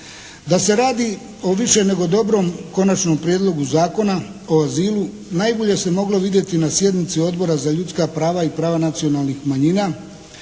Da se radi o više nego dobrom Konačnom prijedlogu Zakona o azilu najbolje se moglo vidjeti na sjednici Odbora za ljudska prava i prava nacionalnih manjina